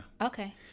okay